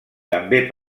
també